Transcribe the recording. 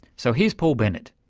so here's paul bennett.